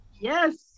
Yes